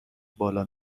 بالا